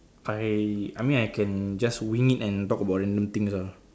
I I mean I can just wing it and talk about random things ah